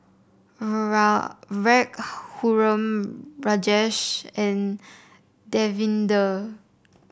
Raghuram Rajesh and Davinder